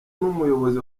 n’umuyobozi